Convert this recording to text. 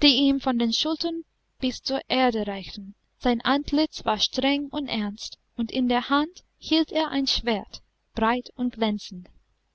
die ihm von den schultern bis zur erde reichten sein antlitz war streng und ernst und in der hand hielt er ein schwert breit und glänzend